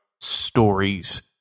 stories